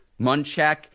Munchak